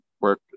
work